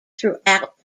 throughout